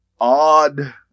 odd